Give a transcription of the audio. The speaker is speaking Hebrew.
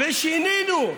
ושינינו.